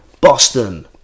Boston